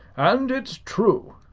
and it's true,